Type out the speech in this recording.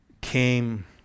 came